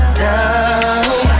down